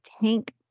tank